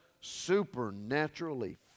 supernaturally